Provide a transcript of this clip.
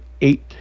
eight